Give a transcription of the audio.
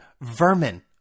vermin